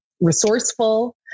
resourceful